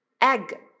egg